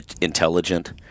intelligent